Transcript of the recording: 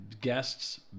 guest's